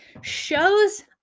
shows